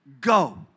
Go